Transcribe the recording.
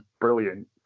brilliant